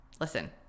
Listen